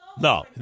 No